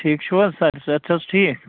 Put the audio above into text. ٹھیٖک چھُو حظ سر صحت چھِ حظ ٹھیٖک